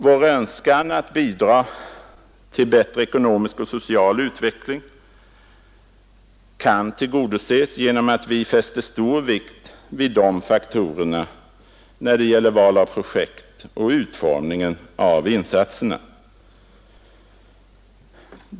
Vår önskan att bidra till bättre ekonomisk och social utveckling kan tillgodoses genom att vi fäster stor vikt vid dessa faktorer när det gäller val av projekt och utformning av insatserna.